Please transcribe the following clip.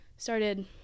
started